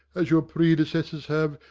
as your predecessors have,